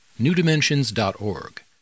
newdimensions.org